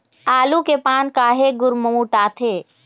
आलू के पान काहे गुरमुटाथे?